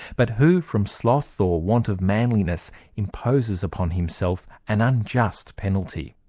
but who from sloth or want of manliness imposes upon himself an unjust penalty?